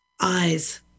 eyes